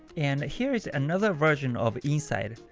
and here is another version of inside.